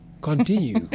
continue